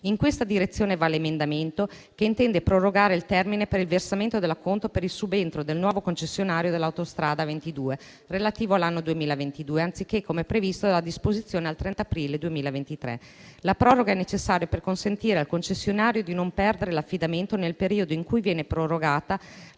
In questa direzione va l'emendamento che intende prorogare il termine per il versamento dell'acconto per il subentro del nuovo concessionario dell'autostrada A22, relativo all'anno 2022, anziché, come previsto dalla disposizione, al 30 aprile 2023. La proroga è necessaria per consentire al concessionario di non perdere l'affidamento nel periodo in cui viene prorogata